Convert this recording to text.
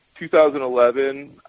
2011